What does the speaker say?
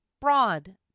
broad